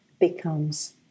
becomes